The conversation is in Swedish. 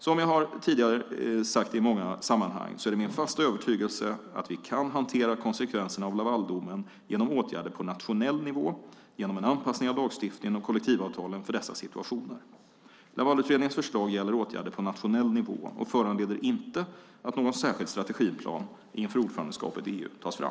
Som jag har sagt tidigare i många sammanhang är det min fasta övertygelse att vi kan hantera konsekvenserna av Lavaldomen genom åtgärder på nationell nivå, genom en anpassning av lagstiftningen och kollektivavtalen för dessa situationer. Lavalutredningens förslag gäller åtgärder på nationell nivå, och föranleder inte att någon särskild strategiplan inför ordförandeskapet i EU tas fram.